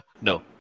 no